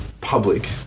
public